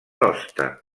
hoste